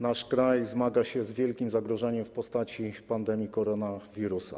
Nasz kraj zmaga się z wielkim zagrożeniem w postaci pandemii koronawirusa.